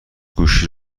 گوشی